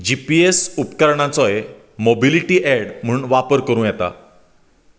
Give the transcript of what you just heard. जी P S उपकरणांचोय mobility aid म्हणून वापर करूं येता